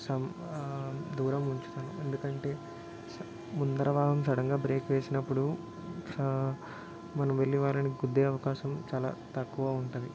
సం దూరం ఉంచుతాను ఎందుకంటే స ముందర వాహనం సడన్గా బ్రేక్ వేసినప్పుడు మనం వెళ్ళి వారిని గుద్దే అవకాశం చాలా తక్కువ ఉంటుంది